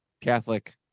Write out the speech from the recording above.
Catholic